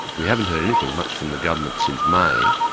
we haven't heard anything much from the government since may.